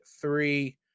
three